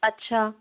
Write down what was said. अच्छा